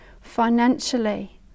financially